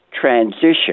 transition